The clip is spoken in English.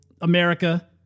America